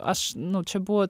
aš nu čia buvo